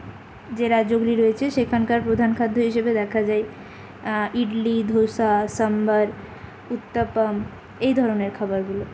যে রাজ্যগুলি রয়েছে সেখানকার প্রধান খাদ্য হিসেবে দেখা যায় ইডলি ধোসা সাম্বার উত্তাপাম এই ধরনের খাবারগুলো